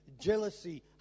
jealousy